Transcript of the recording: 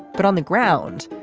but on the ground.